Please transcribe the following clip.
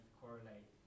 correlate